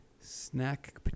Snack